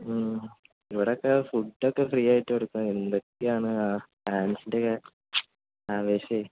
ഇവിടെയൊക്കെ ഫുഡ്ഡോക്കെ ഫ്രീയായിട്ട് കൊടുക്കുന്നു എന്തൊക്കെയാണ് ആ ഫാൻസിൻ്റെ ആവേശം